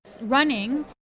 running